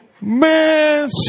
Man